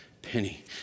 Penny